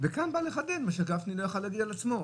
וכאן אני בא לחדד מה שגפני לא יכול היה להגיד על עצמו.